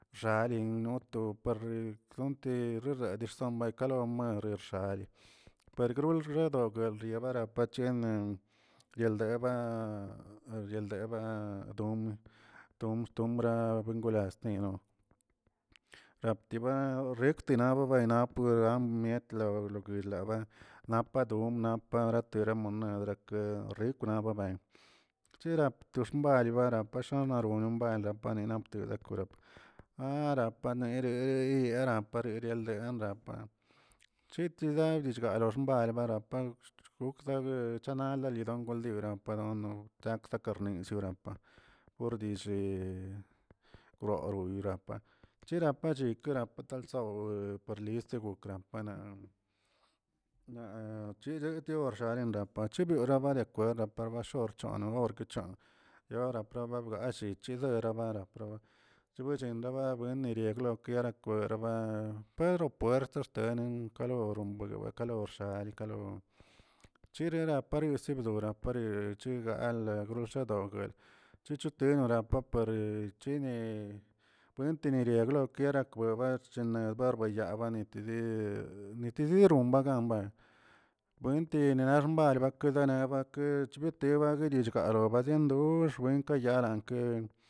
Xalin noto gri gonte axdisom kalon arexayi pargrolxedo rieraba pachienne yeldeba ra yeldeba adome tom xtombrab gulast tnilo raptiba rectina napura pira mniet yoglodill lava napa don napa, natira moned rikwara baben cherap to xbandiba apashionarabuira napa didaptinadokwa arapaneree niarapa rerel rarapa chitiga dill daroxg balbara palgukzaguech la lidon guldibra panon no sakarnizio pur dillee groro wirapa chirapa chika otalsogə par list gokan chirior chalan gapa chibiora radeakwerd ´para bashono dor kechono yora ba- babgashii chizara barapraa chebuenchadaba babuen ni dioloklera gueraba, pero puertabxe len kaloron belobaka porshari kalor chiribia paritsi chkaloro pari chigaa la grodashgogue chichoteno brapa pare chini puentene no quier kweba chneba weyaba netedi nitidurmba gue buenti naxmabka gana bakə tebare nechgalo siadox wenyarankə.